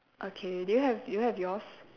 okay do you have do you have yours